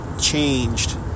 changed